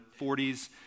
40s